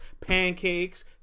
pancakes